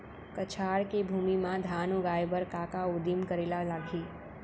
कछार के भूमि मा धान उगाए बर का का उदिम करे ला लागही?